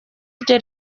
rye